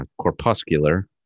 corpuscular